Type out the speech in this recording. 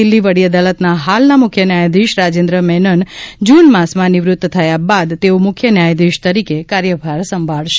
દિલ્હી વડી અદાલતના હાલના મુખ્ય ન્યાયધીશ રાજેન્દ્ર મેનન જૂન માસમાં નિવૃત્ત થયા બાદ તેઓ મુખ્ય ન્યાયાધીશ તરીકે કાર્યભાર સંભાળશે